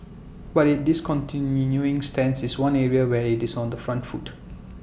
but its discontinuing stance is one area where IT is on the front foot